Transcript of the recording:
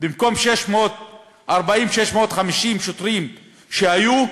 במקום 650-640 שוטרים שהיו,